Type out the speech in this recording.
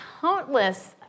countless